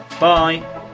bye